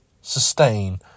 sustain